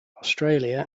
australia